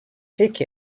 take